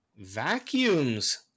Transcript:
Vacuums